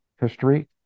history